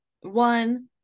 one